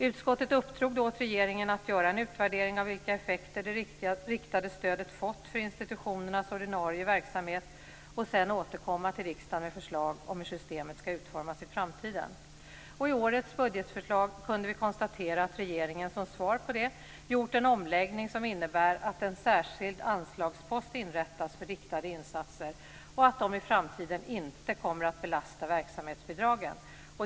Utskottet uppdrog då åt regeringen att göra en utvärdering av vilka effekter det riktade stödet fått för institutionernas ordinarie verksamhet och sedan återkomma till riksdagen med förslag om hur systemet ska utformas i framtiden. I årets budgetförslag kunde vi konstatera att regeringen som svar på det gjort en omläggning som innebär att en särskild anslagspost inrättas för riktade insatser och att de i framtiden inte kommer att belasta verksamhetsbidragen.